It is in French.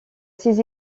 ses